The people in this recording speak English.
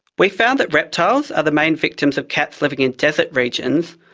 we found that reptiles are the main victims of cats living in desert regions,